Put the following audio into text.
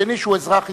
והשני שהוא אזרח ישראל.